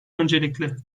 öncelikli